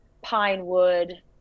Pinewood